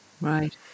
Right